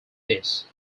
this